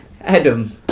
Adam